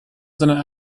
sondern